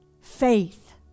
faith